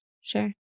Sure